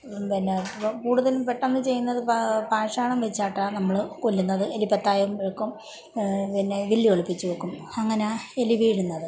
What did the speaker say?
പിന്നെ ഇപ്പം കൂടുതലും പെട്ടന്ന് ചെയ്യുന്നത് പാഷാണം വെച്ചിട്ടാണ് നമ്മൾ കൊല്ലുന്നത് എലിപ്പത്തായവും വെക്കും പിന്നെ വില്ല് ഒളിപ്പിച്ച് വെക്കും അങ്ങനെയാണ് എലി വീഴുന്നത്